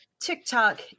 TikTok